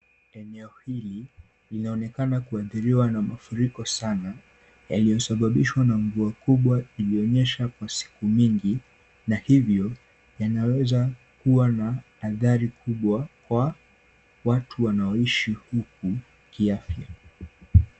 Eneo hili linaonekana kuathiriwa na mafurika sana yaliyosababishwa na mvua kubwa iliyonyesha kwa siku mingi na hivyo yanaweza kuwa na athari kubwa kwa watu wanaoishi huku kiafya.